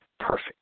perfect